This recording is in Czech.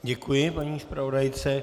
Děkuji paní zpravodajce.